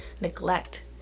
neglect